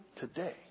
today